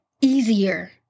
easier